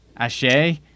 ashay